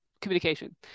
communication